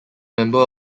member